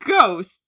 ghost